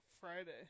Friday